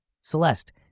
Celeste